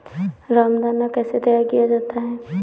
रामदाना कैसे तैयार किया जाता है?